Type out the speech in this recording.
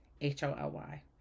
H-O-L-Y